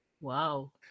Wow